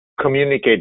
communicate